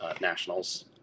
nationals